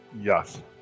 Yes